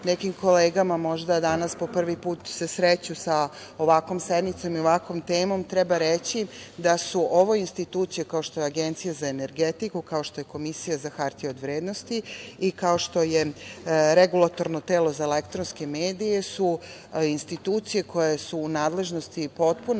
nekim kolegama možda danas po prvi put se sreću sa ovakvom sednicom i ovakvom temom treba reći da su ovo institucije, kao što je Agencija za energetiku, kao što je Komisija za hartije od vrednosti i kao što je Regulatorno telo za elektronske medije su institucije koje su u nadležnosti i potpuno